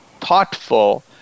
thoughtful